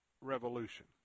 Revolution